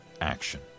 action